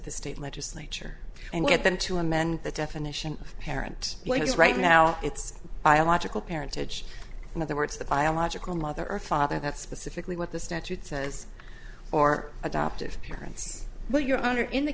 the state legislature and get them to amend the definition of parent what is right now it's biological parents age in other words the biological mother or father that's specifically what the statute says or adoptive parents what your honor in the